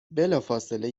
بلافاصله